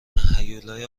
هیولای